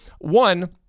One